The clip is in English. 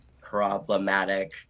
problematic